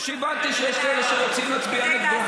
הבנתי שיש כאלה שרוצים להצביע נגדו.